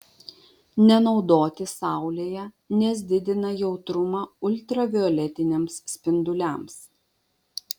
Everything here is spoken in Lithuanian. nenaudoti saulėje nes didina jautrumą ultravioletiniams spinduliams